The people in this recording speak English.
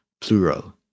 plural